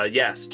yes